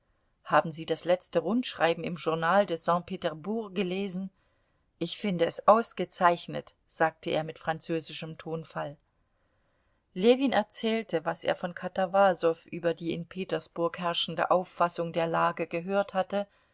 haben sie das letzte rundschreiben im journal de saint ptersbourg gelesen ich finde es ausgezeichnet sagte er mit französischem tonfall ljewin erzählte was er von katawasow über die in petersburg herrschende auffassung der lage gehört hatte